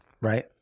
right